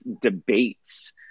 debates